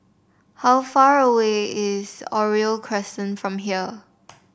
how far away is Oriole Crescent from here